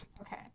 Okay